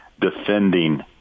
defending